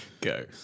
Go